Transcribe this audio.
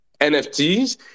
NFTs